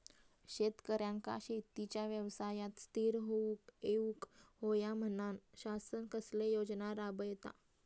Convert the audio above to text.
शेतकऱ्यांका शेतीच्या व्यवसायात स्थिर होवुक येऊक होया म्हणान शासन कसले योजना राबयता?